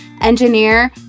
engineer